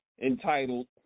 entitled